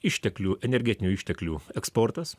išteklių energetinių išteklių eksportas